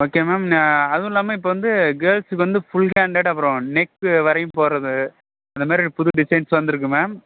okay ma'am ஆ அதுவும் இல்லாமல் இப்போ வந்து கேர்ள்ஸ்க்கு வந்து ஃபுல் ஹேண்டட் அப்புறம் நெக்கு வரையும் போடுறது அந்த மாதிரி புது டிசைன்ஸ் வந்துருக்கு மேம்